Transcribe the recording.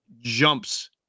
jumps